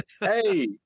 Hey